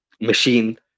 machine